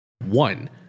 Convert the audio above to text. One